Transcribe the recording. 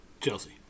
Chelsea